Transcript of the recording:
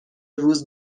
روز